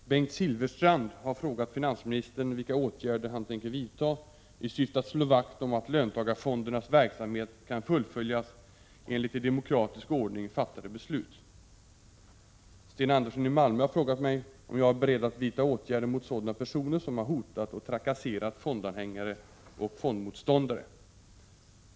Herr talman! Bengt Silfverstrand har frågat finansministern vilka åtgärder han tänker vidta i syfte att slå vakt om att löntagarfondernas verksamhet kan fullföljas enligt i demokratisk ordning fattade beslut. Sten Andersson i Malmö har frågat mig om jag är beredd att vidta åtgärder mot sådana personer som har hotat och trakasserat fondanhängare och fondmotståndare.